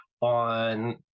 on